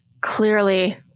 clearly